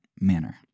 manner